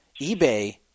eBay